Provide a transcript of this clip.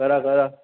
करा करा